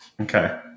Okay